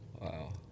Wow